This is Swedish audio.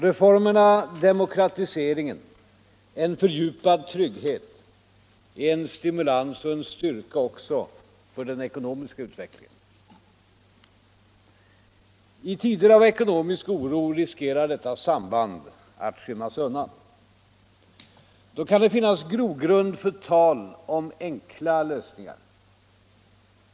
Reformerna, demokratiseringen, en fördjupad trygghet är en stimulans och en styrka också för den ekonomiska utvecklingen. I tider av ekonomisk oro riskerar detta samband att skymmas undan. Då kan det finnas grogrund för tal om enkla lösningar.